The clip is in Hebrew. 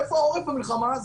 איפה העורף במלחמה הזו?